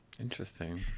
Interesting